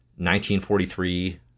1943